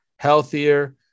healthier